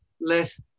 less